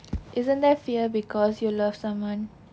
isn't there fear because you love someone